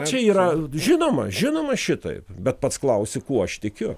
čia yra žinoma žinoma šitaip bet pats klausi kuo aš tikiu